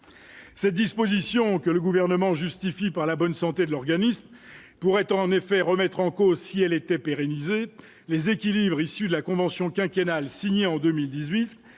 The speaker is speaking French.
ces dispositions que le gouvernement justifie par la bonne santé de l'organisme pourrait en effet remettre en cause si elle était pérenniser les équilibres issus de la convention quinquennale signée en 2018